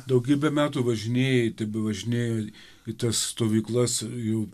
daugybę metų važinėji tebevažinėji į tas stovyklas jau